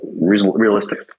realistic